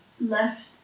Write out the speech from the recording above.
left